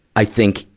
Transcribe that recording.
i think,